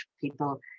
people